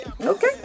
okay